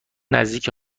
نزدیک